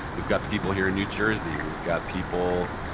we've got people here in new jersey. we've got people